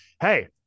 hey